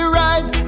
rise